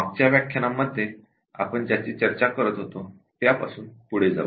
मागच्या व्याख्यानांमध्ये आपण ज्याची चर्चा करीत होतो त्यापासून पुढे जाऊ